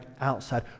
outside